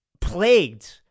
plagued